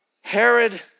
Herod